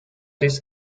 this